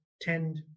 tend